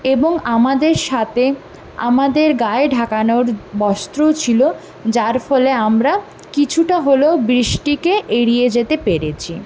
এবং আমাদের সাথে আমাদের গায়ে ঢাকানোর বস্ত্রও ছিলো যার ফলে আমরা কিছুটা হলেও বৃষ্টিকে এড়িয়ে যেতে পেরেছি